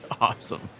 awesome